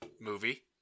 movie